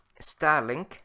Starlink